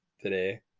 today